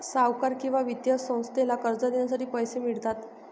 सावकार किंवा वित्तीय संस्थेला कर्ज देण्यासाठी पैसे मिळतात